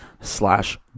slash